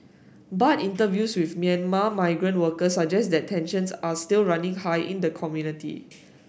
but interviews with Myanmar migrant workers suggest that tensions are still running high in the community